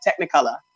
technicolor